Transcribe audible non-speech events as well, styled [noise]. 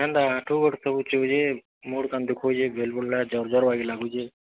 ହେନ୍ତା ଆଣ୍ଠୁ ଗୋଡ଼୍ ସବୁ ଚିଅଉଛେଁ ମୁଣ୍ଡ୍ କାନ୍ ଦୁଖଉଛେ ବେଲ୍ ବୁଡ଼୍ଲା [unintelligible] ଜର୍ ଜର୍ ବାଗିର୍ ଲାଗୁଛେ